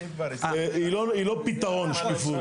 היא לא פתרון שקיפות.